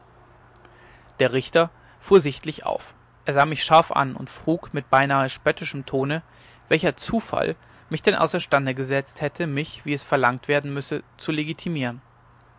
der richter fuhr sichtlich auf er sah mich scharf an und frug mit beinahe spöttischem ton welcher zufall mich denn außerstande gesetzt hätte mich wie es verlangt werden müßte zu legitimieren